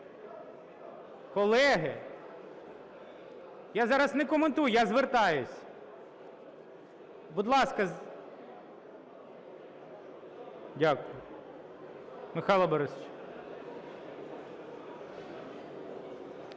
колеги! Я зараз не коментую, я звертаюсь. Будь ласка. Дякую. Михайло Борисович.